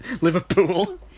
Liverpool